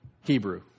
Hebrew